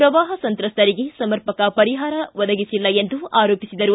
ಪ್ರವಾಹ ಸಂತ್ರಸ್ತರಿಗೆ ಸಮರ್ಪಕ ಪರಿಹಾರ ಒದಗಿಸಿಲ್ಲ ಎಂದು ಆರೋಪಿಸಿದರು